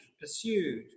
pursued